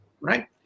right